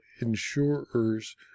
insurers